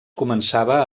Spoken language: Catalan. començava